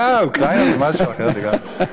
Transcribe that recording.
אוקראינה היא משהו אחר לגמרי.